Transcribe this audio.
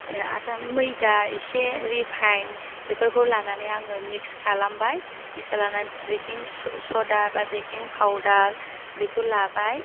आथा मैदा एसे रिफाइन बेफोरखौ लानानै आङो मिक्स खालामबाय मिक्स लानानै बेकिं सदा बा बेकिं फावदार बेखौ लाबाय